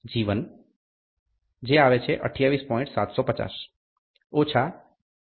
005 G1 28